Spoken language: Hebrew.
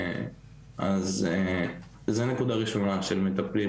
אז זו הנקודה הראשונה של מטפלים.